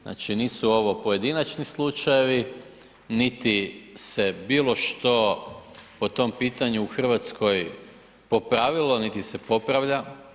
Znači, nisu ovo pojedinačni slučajevi, niti se bilo što po tom pitanju u RH popravilo, niti se popravlja.